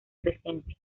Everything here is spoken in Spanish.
presencia